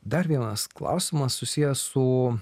dar vienas klausimas susijęs su